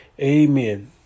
Amen